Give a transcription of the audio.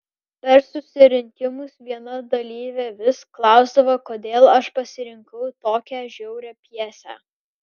per susirinkimus viena dalyvė vis klausdavo kodėl aš pasirinkau tokią žiaurią pjesę